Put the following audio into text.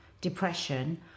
depression